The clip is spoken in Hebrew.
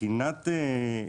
מבחינת מה,